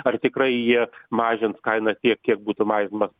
ar tikrai jie mažins kainą tiek kiek būtų mažinamas